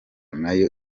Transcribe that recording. nayo